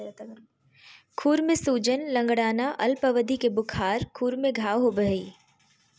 खुर में सूजन, लंगड़ाना, अल्प अवधि के बुखार, खुर में घाव होबे हइ